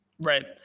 Right